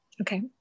Okay